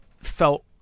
felt